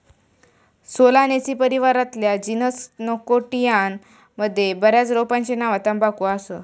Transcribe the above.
Solanaceae परिवारातल्या genus Nicotiana मध्ये बऱ्याच रोपांची नावा तंबाखू असा